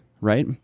right